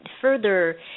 further